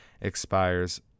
expires